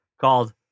called